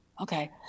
okay